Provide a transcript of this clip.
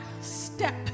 step